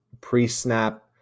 pre-snap